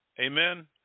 Amen